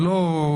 זה לא מתכתב.